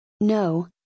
No